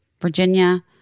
Virginia